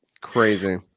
Crazy